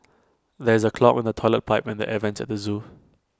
there is A clog in the Toilet Pipe and the air Vents at the Zoo